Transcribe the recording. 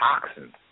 toxins